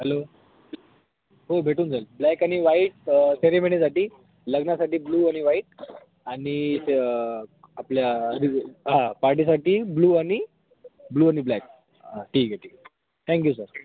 hello हो भेटून जाईल ब्लॅक आणि वाईट सेरीमनीसाठी लग्नासाठी ब्लू आणि वाईट आणि त्या आपल्या हां पार्टीसाठी ब्लू आणि ब्लू आणि ब्लॅक हां ठीक आहे ठीक आहे थँक्यू सर